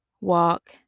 walk